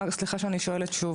סליחה שאני שואלת שוב.